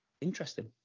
Interesting